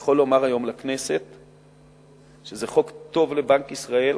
יכול לומר היום לכנסת שזה חוק טוב לבנק ישראל